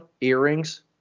earrings